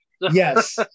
Yes